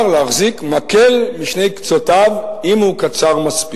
להחזיק מקל בשני קצותיו אם הוא קצר מספיק.